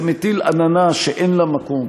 זה מטיל עננה שאין לה מקום.